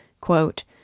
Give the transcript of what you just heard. quote